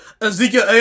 Ezekiel